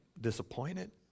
disappointed